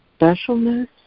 specialness